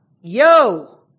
yo